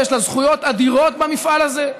ויש לה זכויות אדירות במפעל הזה.